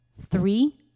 Three